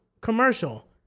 commercial